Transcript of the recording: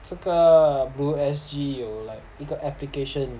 这个 blue S_G 有 like 一个 application